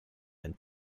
and